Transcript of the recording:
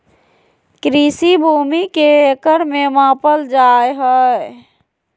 कृषि भूमि के एकड़ में मापल जाय हइ